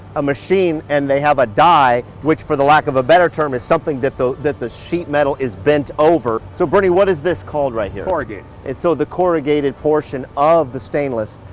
a machine and they have a die which for the lack of a better term is something that the that the sheet metal is bent over. so bernie what is this called right here? corrugated. so the corrugated portion of the stainless,